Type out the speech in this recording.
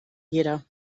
jeder